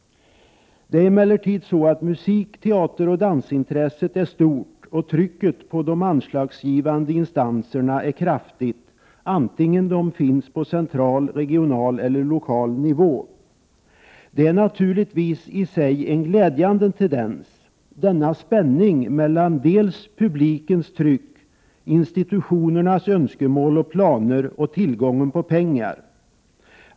Emellertid är musik-, teateroch dansintresset stort, och trycket på de anslagsgivande instanserna är kraftigt, vare sig dessa finns på central, regional eller lokal nivå. Det är naturligtvis i sig en glädjande tendens - denna spänning mellan dels publikens tryck, institutionernas önskemål och planer, dels tillgången på pengar.